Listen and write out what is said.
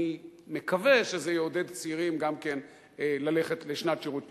אני מקווה שזה יעודד צעירים גם ללכת לשנת שירות שלישית.